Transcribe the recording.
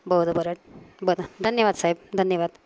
बरं बरं बरं धन्यवाद साहेब धन्यवाद